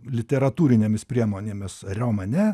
literatūrinėmis priemonėmis romane